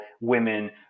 women